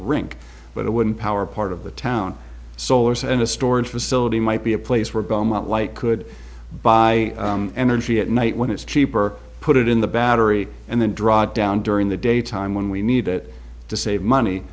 rink but it wouldn't power part of the town solar's and a storage facility might be a place where belmont light could buy energy at night when it's cheaper put it in the battery and then draw down during the daytime when we need it to save money